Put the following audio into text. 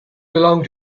belong